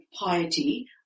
piety